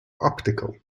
optical